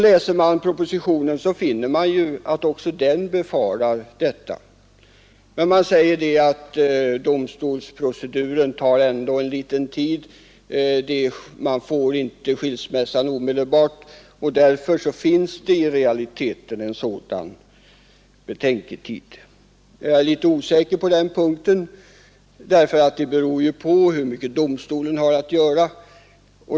Läser man propositionen, finner man att även regeringen befarar detta, och i propositionen sägs att makarna inte får skilsmässa omedelbart, utan att domstolsproceduren ändå tar en viss tid. Dä ör finns det i realiteten en sådan betänketid. Jag är litet osäker på den punkten, därför att detta beror på hur mycket domstolen har att göra.